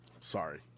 Sorry